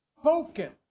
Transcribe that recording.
spoken